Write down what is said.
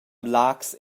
laax